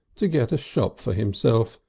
to get a shop for himself,